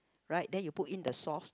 right then you put in the sauce